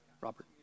Robert